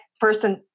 person